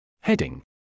Heading